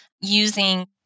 using